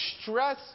stress